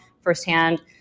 firsthand